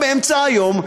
באמצע היום,